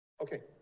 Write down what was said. Okay